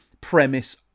premise